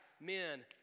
men